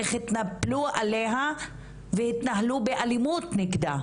איך התנפלו עליה והתנהלו באלימות נגדה,